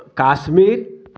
Kashmir